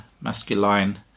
Masculine